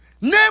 name